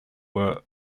were